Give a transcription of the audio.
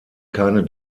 keine